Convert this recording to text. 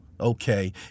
Okay